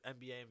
NBA